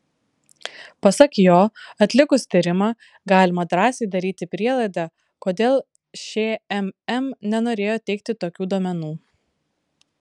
pasak jo atlikus tyrimą galima drąsiai daryti prielaidą kodėl šmm nenorėjo teikti tokių duomenų